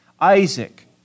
Isaac